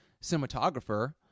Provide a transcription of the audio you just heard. cinematographer